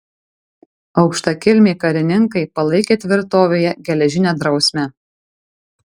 aukštakilmiai karininkai palaikė tvirtovėje geležinę drausmę